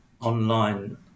online